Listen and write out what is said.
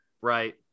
right